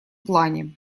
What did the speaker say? плане